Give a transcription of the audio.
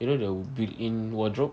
you know the built-in wardrobe